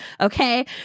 okay